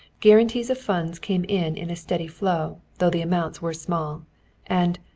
guaranties of funds came in in a steady flow, though the amounts were small and,